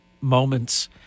moments